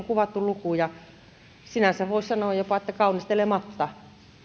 kuvattu lukuja sinänsä voisi sanoa jopa että kaunistelematta